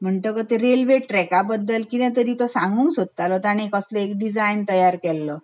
म्हणटगर रेल्वे ट्रेका बद्दल कितें तरी तो सागूंक सोदतालो ताणें कसलो एक डिजायन केल्लो